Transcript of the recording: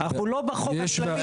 אנחנו לא בחוק הכללי.